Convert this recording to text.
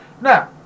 Now